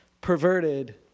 perverted